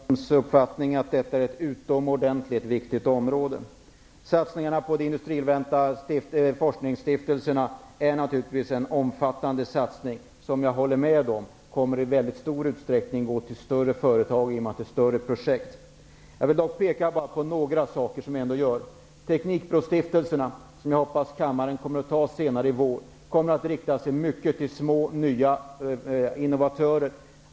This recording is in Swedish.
Herr talman! Jag delar Bengt Dalströms uppfattning att detta är ett utomordentligt viktigt område. Satsningarna på forskningsstiftelserna är naturligtvis en omfattande satsning. Jag håller med om att den i mycket stor utsträckning kommer att gå till större företag, eftersom det är fråga om större projekt. Jag vill dock peka på några saker som görs. Teknikprostiftelserna, som jag hoppas att riksdagen kommer att fatta beslut om senare i vår, kommer i stor utsträckning att rikta sig till små och nya innovatörer.